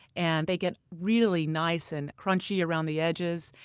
and they get really nice and crunchy around the edges.